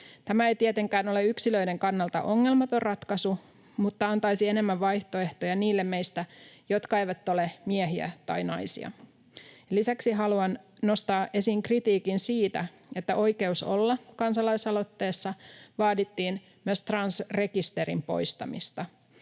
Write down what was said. Tämä ei tietenkään ole yksilöiden kannalta ongelmaton ratkaisu mutta antaisi enemmän vaihtoehtoja niille meistä, jotka eivät ole miehiä tai naisia. Lisäksi haluan nostaa esiin kritiikin siitä, että Oikeus olla ‑kansalaisaloitteessa vaadittiin myös transrekisterin poistamista.